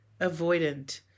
avoidant